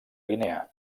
guinea